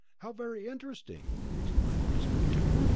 how very interesting! exclaimed mr. kent.